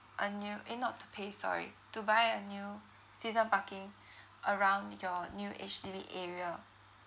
a new eh not to pay sorry to buy a new season parking around your new H_D_B area